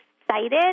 excited